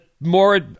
More